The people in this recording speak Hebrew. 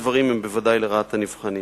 שני הדברים הם בוודאי לרעת הנבחנים.